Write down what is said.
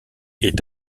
est